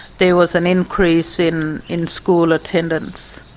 there was an increase in in-school attendance.